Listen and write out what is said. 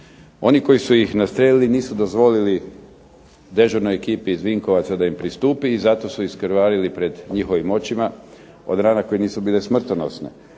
Oni koji su ih nastrijelili nisu dozvolili dežurnoj ekipi iz Vinkovaca da im pristupi i zato su iskrvarili pred njihovim očima od rana koje nisu bile smrtonosne.